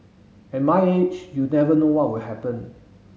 at my age you never know what will happen